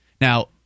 Now –